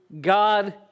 God